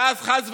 ואז, חס וחלילה,